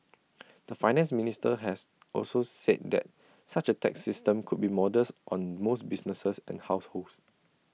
the Finance Minister has also said that such A tax system would be modest on most businesses and households